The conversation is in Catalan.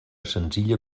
senzilla